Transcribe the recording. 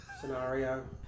scenario